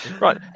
Right